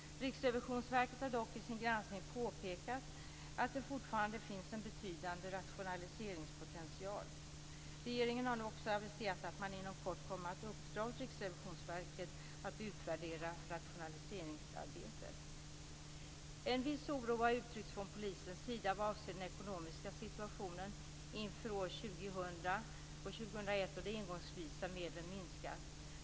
Riksrevisionsverket har emellertid i sin granskning påpekat att det fortfarande finns en betydande rationaliseringspotential. Regeringen har nu också aviserat att man inom kort kommer att uppdra åt Riksrevisionsverket att utvärdera rationaliseringsarbetet. En viss oro har uttryckts från polisens sida vad avser den ekonomiska situationen inför åren 2000 och 2001, då de engångsvisa medlen minskar.